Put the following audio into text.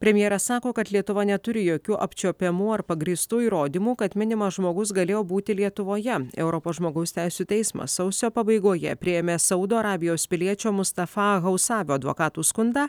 premjeras sako kad lietuva neturi jokių apčiuopiamų ar pagrįstų įrodymų kad minimas žmogus galėjo būti lietuvoje europos žmogaus teisių teismas sausio pabaigoje priėmė saudo arabijos piliečio mustafa hausavio advokatų skundą